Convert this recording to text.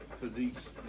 physiques